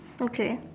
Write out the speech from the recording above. okay